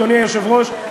אדוני היושב-ראש,